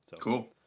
Cool